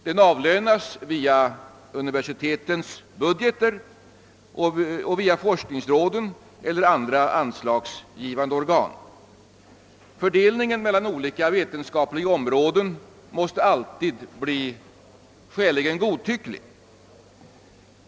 Den avlönas via universitetens budget och via forskningsråden eller andra anslagsgivande organ. Fördelningen av anslagen mellan olika vetenskapliga områden måste alltid bli skäligen godtycklig.